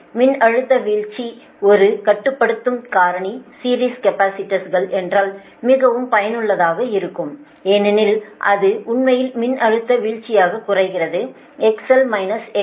மின்னழுத்த வீழ்ச்சி ஒரு கட்டுப்படுத்தும் காரணி சீரிஸ் கேபஸிடர்ஸ்கள் என்றால் மிகவும் பயனுள்ளதாக இருக்கும் ஏனெனில் அது உண்மையில் மின்னழுத்த வீழ்ச்சியாக குறைக்கிறது XL - XC